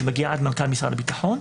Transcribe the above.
היא מגיע עד למנכ"ל משרד הביטחון.